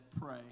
Pray